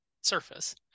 surface